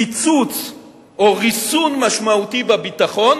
קיצוץ או ריסון משמעותי בביטחון,